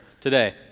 today